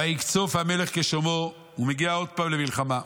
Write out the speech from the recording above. ויקצוף המלך כשמעו" הוא מגיע עוד פעם למלחמה,